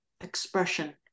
expression